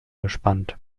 gespannt